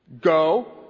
Go